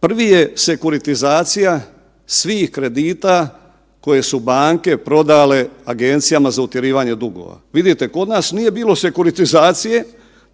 Prvi je sekuritizacija svih kredita koje su banke prodale Agencijama za utjerivanje dugova. Vidite, kod nas nije bilo sekuritizacije